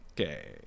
Okay